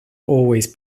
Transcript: always